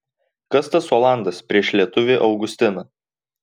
kas tas olandas prieš lietuvį augustiną